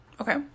Okay